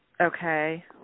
Okay